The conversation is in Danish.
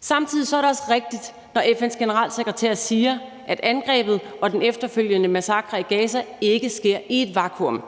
Samtidig er det også rigtigt, når FN's generalsekretær siger, at angrebet og den efterfølgende massakre i Gaza ikke sker i et vakuum.